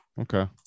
Okay